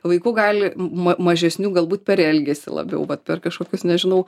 vaikų gali mažesnių galbūt per elgesį labiau vat per kažkokius nežinau